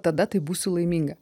tada tai būsiu laiminga